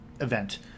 event